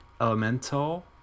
Elemental